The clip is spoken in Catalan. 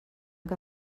que